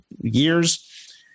years